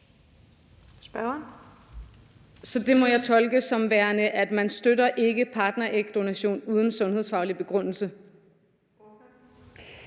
Så det må jeg tolke som, at man ikke støtter partnerægdonation uden sundhedsfaglig begrundelse.